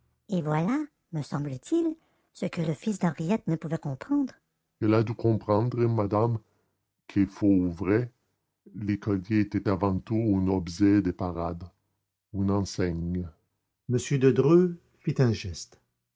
et voilà me semble-t-il ce que le fils d'henriette ne pouvait comprendre il a dû comprendre madame que faux ou vrai le collier était avant tout un objet de parade une enseigne m de dreux fit un geste